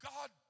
God